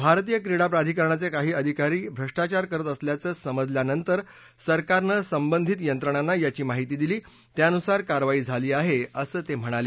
भारतीय क्रीडा प्राधिकरणाचे काही आधिकारी भ्रष्टाचार करत असल्याचं समजल्यानंतर सरकारनं संबधित यंत्रणांना याची माहिती दिली त्यानुसार कारवाई झाली आहे असं ते म्हणाले